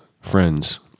friends